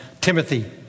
Timothy